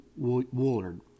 Woolard